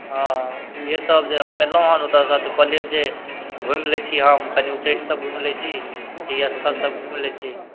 ओ इएहे सब जे हम अयलहुँ हन ओतयसँ कहलियै जे घुमि लै छी हम कनी उच्चैठ सब घुमि लै छी ई स्थल सब घुमि लै छी